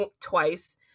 twice